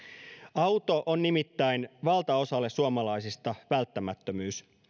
auto on nimittäin valtaosalle suomalaisista välttämättömyys